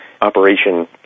Operation